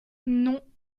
non